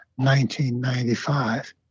1995